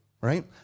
right